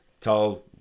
tell